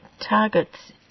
targets